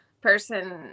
person